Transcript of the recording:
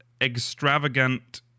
extravagant